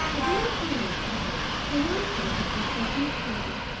a day or two later the young tortoise was taking a stroll,